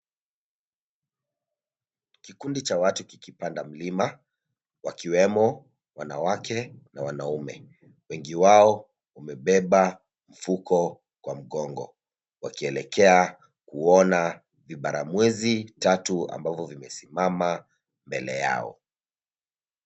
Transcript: Kikundi cha watu kikipanda mlima wakiwemo wanawake na wanaume, wengi wao wamebeba mfuko kwa mgongo wakielekea kuona vibaramwezi tatu ambavyo vimesimama mbele yao.